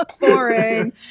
boring